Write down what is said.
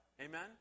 Amen